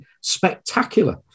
spectacular